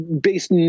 based